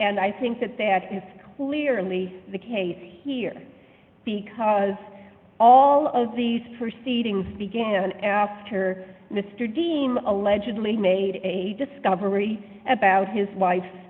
and i think that that is clearly the case here because all of these proceedings began after mr deane allegedly made a discovery about his wife